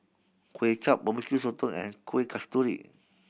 Kuay Chap Barbecue Sotong and Kuih Kasturi